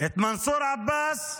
את מנסור עבאס,